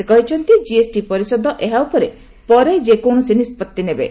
ସେ କହିଛନ୍ତି କିଏସ୍ଟି ପରିଷଦ ଏହା ଉପରେ ପରେ ଯେକୌଣସି ନିଷ୍ପଭ୍ତି ନେବେ